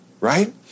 Right